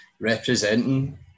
representing